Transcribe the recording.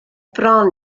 bron